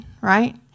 right